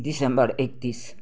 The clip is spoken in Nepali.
डिसम्बर एक्तिस